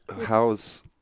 how's